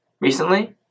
recently